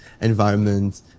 environment